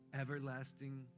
everlasting